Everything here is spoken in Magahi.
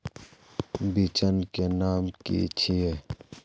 बिचन के नाम की छिये?